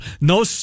no